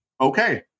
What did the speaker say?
Okay